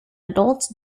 adults